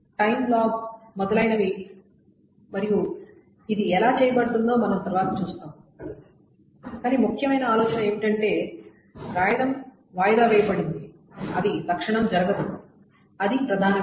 times లాగ్లు మొదలైనవి మరియు ఇది ఎలా చేయబడుతుందో మనం తరువాత చూస్తాము కానీ ముఖ్యమైన ఆలోచన ఏమిటంటే వ్రాయడం వాయిదా వేయబడింది అవి తక్షణం జరగదు అది ప్రధాన విషయం